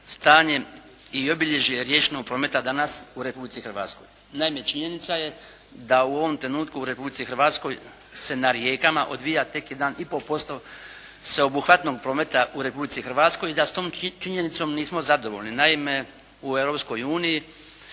stanje i obilježje riječnog prometa danas u Republici Hrvatskoj. Naime, činjenica je da u ovom trenutku u Republici Hrvatskoj se na rijekama odvija tek 1,5% sveobuhvatnog prometa u Republici Hrvatskoj i da s tom činjenicom nismo zadovoljni. Naime, u Europskoj uniji